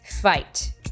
Fight